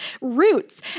roots